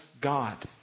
God